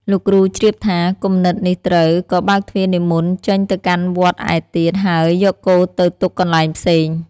លោកគ្រូជ្រាបថា "គំនិតនេះត្រូវ" ក៏បើកទ្វារនិមន្តចេញទៅកាន់វត្តឯទៀត ហើយយកគោទៅទុកកន្លែងផ្សេង។